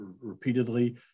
repeatedly